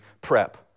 prep